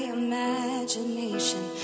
imagination